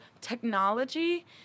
technology